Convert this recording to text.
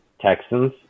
Texans